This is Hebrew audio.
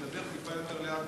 והיא תדבר טיפה יותר לאט.